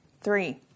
Three